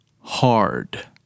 hard